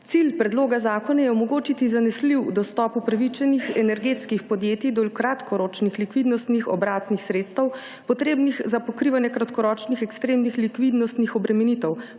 Cilj predloga zakona je omogočiti zanesljiv dostop upravičenih energetskih podjetij do kratkoročnih likvidnostnih obratnih sredstev, potrebnih za pokrivanje kratkoročnih ekstremnih likvidnostnih obremenitev,